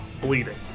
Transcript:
bleeding